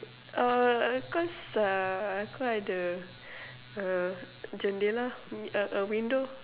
err cause uh the uh jandela uh uh window